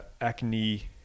acne